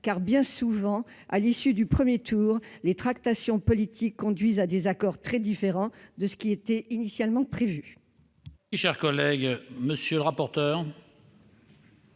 car, bien souvent, à l'issue du premier tour, les tractations politiques conduisent à des accords très différents de ce qui était initialement prévu. Quel est l'avis de la